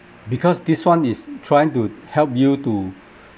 because this one is trying to help you to